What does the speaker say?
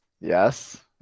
Yes